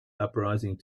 uprising